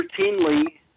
routinely